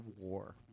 war